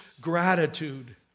gratitude